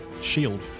Shield